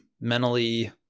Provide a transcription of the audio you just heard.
mentally